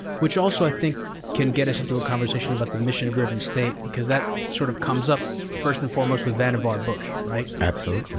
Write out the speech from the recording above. which, also, i think can get us into the conversation about the mission-driven state, because that sort of comes up first and foremost with vannevar bush, right? absolutely.